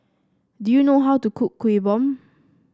do you know how to cook Kuih Bom